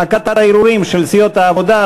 הנמקת הערעורים של סיעות העבודה,